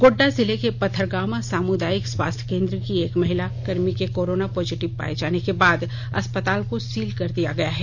गोड्डा जिले के पथरगामा सामुदायिक स्वास्थ्य केंद्र के एक महिला कर्मी के कोरोना पॉजिटिव पाए जाने के बाद अस्पताल को सील कर दिया गया है